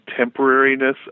temporariness